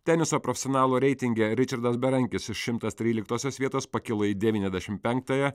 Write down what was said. teniso profesionalų reitinge ričardas berankis iš šimtas tryliktosios vietos pakilo į devyniasdešim penktąją